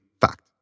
fact